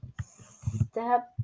step